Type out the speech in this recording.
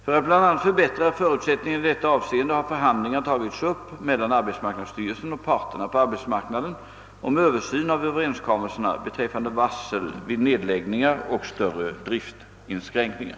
För att bl.a. förbättra förutsättningarna i detta avseende har förhandlingar tagits upp mellan arbetsmarknadsstyrelsen och parterna på arbetsmarknaden om översyn av överenskommelserna beträffande varsel vid nedläggningar och större driftinskränkningar.